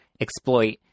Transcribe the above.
exploit